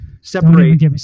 separate